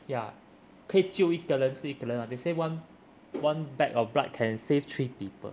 ya 可以救一个人是一个人 lah they say one one bag of blood can save three people